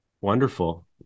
wonderful